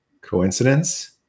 Coincidence